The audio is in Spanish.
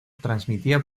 transmitía